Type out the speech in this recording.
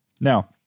Now